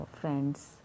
Friends